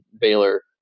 Baylor